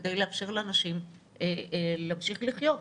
כדי לאפשר לאנשים להמשיך לחיות.